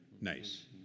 Nice